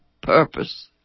purpose